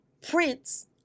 prince